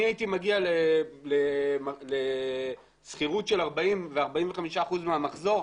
אני הייתי מגיע לשכירות של 40 ו-45 אחוזים מהמחזור,